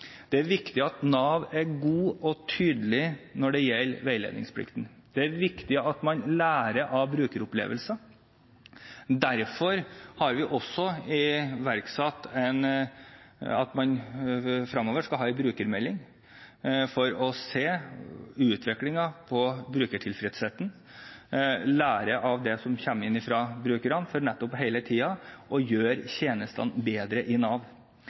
at Nav er gode og tydelige når det gjelder veiledningsplikten. Det er viktig at man lærer av brukeropplevelser. Derfor har vi også iverksatt at man fremover skal ha en brukermelding for å se utviklingen på brukertilfredsheten, lære av det som kommer inn fra brukerne, for nettopp hele tiden å gjøre tjenestene bedre i Nav.